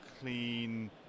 clean